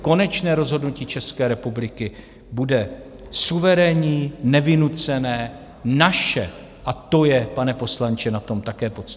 Konečné rozhodnutí České republiky bude suverénní, nevynucené, naše, a to je, pane poslanče, na tom také podstatné.